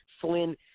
Flynn